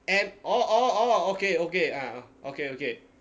M orh orh orh okay okay ah okay okay